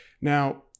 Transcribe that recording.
Now